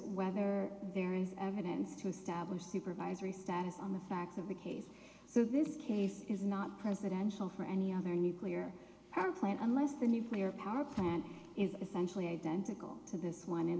whether there is evidence to establish supervisory status on the facts of the case so this case is not presidential for any other nuclear power plant unless the nuclear power plant is essentially identical to this one